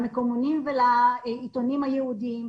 למקומונים ולעיתונים הייעודיים.